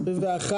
2022?